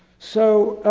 so,